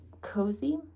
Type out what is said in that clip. cozy